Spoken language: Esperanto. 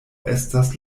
estas